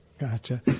Gotcha